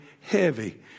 heavy